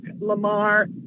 Lamar